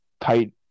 tight